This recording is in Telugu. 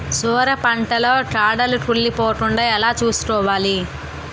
సొర పంట లో కాడలు కుళ్ళి పోకుండా ఎలా చూసుకోవాలి?